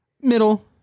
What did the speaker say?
Middle